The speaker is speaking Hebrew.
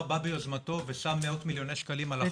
בא ביוזמתו ושם מאות מיליוני שקלים על החוק?